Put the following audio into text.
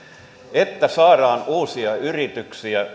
että saadaan uusia yrityksiä